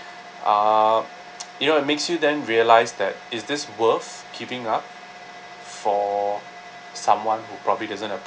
uh you know it makes you then realise that is this worth keeping up for someone who probably doesn't appreciate